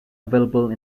available